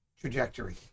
trajectory